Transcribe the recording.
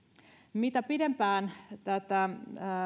mitä pidempään tätä